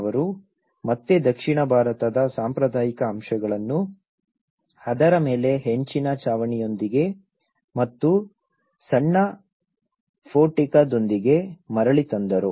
ಅವರು ಮತ್ತೆ ದಕ್ಷಿಣ ಭಾರತದ ಸಾಂಪ್ರದಾಯಿಕ ಅಂಶಗಳನ್ನು ಅದರ ಮೇಲೆ ಹೆಂಚಿನ ಛಾವಣಿಯೊಂದಿಗೆ ಮತ್ತು ಸಣ್ಣ ಪೋರ್ಟಿಕೊದೊಂದಿಗೆ ಮರಳಿ ತಂದರು